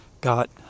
Got